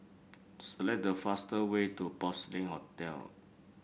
select the fastest way to Porcelain Hotel